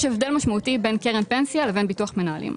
יש הבדל משמעותי בין קרן פנסיה לבין ביטוח מנהלים.